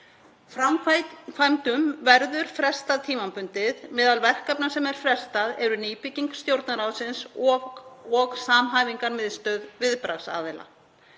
Framkvæmdum verður frestað tímabundið. Meðal verkefna sem er frestað eru nýbygging Stjórnarráðsins og samhæfingarmiðstöð viðbragðsaðila.